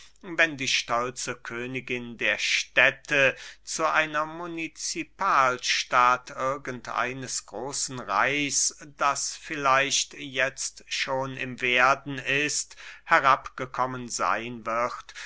wenn die stolze königin der städte zu einer munizipalstadt irgend eines großen reichs das vielleicht jetzt schon im werden ist herabgekommen seyn wird